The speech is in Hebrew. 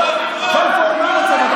מה המצב?